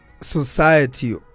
society